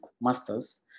master's